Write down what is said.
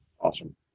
Awesome